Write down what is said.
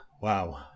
Wow